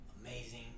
amazing